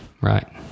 Right